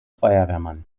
feuerwehrmann